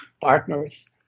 partners